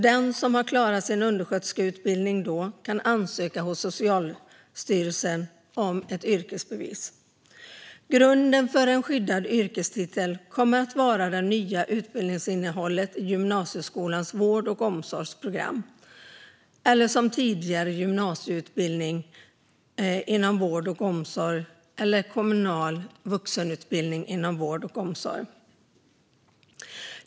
Den som då har klarat sin undersköterskeutbildning kan ansöka hos Socialstyrelsen om ett yrkesbevis. Grunden för den skyddade yrkestiteln kommer att vara det nya utbildningsinnehållet i gymnasieskolans vård och omsorgsprogram eller tidigare gymnasieutbildning eller kommunal vuxenutbildning inom vård och omsorg.